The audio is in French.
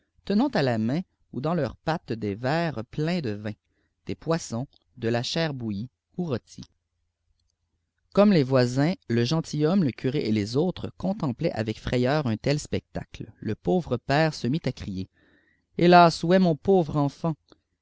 tenant à la main ou dans leurs pattes des verres pleinsde vin des poissons de la chair bouillie ou rôtie comme les voins le gentilhomme le curé et autres contemplaient avec frayeur un tel spectacle le pauvre père se mit à crier hélas mon pauvre enfant